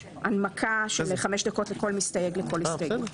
הנמקה של חמש דקות לכל מסתייג לכל הסתייגות.